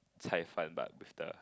cai fan but with the